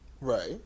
Right